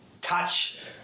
touch